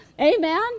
amen